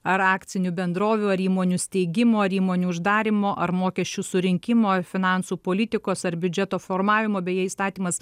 ar akcinių bendrovių ar įmonių steigimo ar įmonių uždarymo ar mokesčių surinkimo finansų politikos ar biudžeto formavimo beje įstatymas